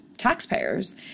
taxpayers